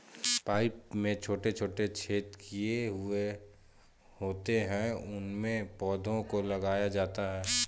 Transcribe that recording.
pipe में छोटे छोटे छेद किए हुए होते हैं उनमें पौधों को लगाया जाता है